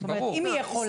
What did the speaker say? זאת אומרת אם היא יכולה,